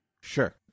Sure